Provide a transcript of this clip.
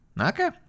Okay